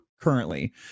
currently